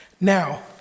Now